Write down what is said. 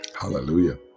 hallelujah